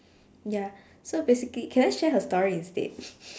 ya so basically can I share her story instead